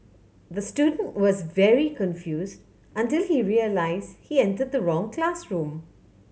the student was very confused until he realised he entered the wrong classroom